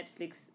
Netflix